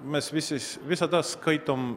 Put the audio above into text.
mes visis visada skaitom